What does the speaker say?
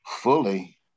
fully